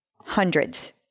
hundreds